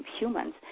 humans